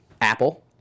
Apple